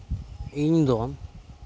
ᱤᱧ ᱫᱚ